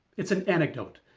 it's an anecdote.